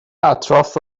اطراف